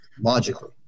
logically